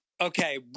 okay